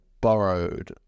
borrowed